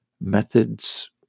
methods